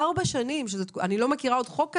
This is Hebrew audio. אני לא מכירה עוד חוק כזה.